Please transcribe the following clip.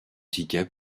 ticket